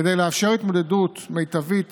כדי לאפשר התמודדות מיטבית